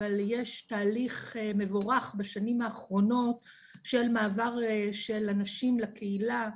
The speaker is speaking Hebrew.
אבל יש תהליך מבורך בשנים האחרונות של מעבר של אנשים לקהילה.